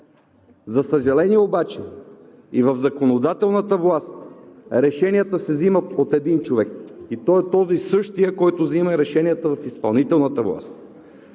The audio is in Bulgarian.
За съжаление, и в законодателната власт решенията се взимат от един човек – същият, който взима решенията в изпълнителната власт.